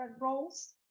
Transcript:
roles